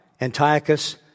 Antiochus